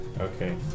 Okay